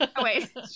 wait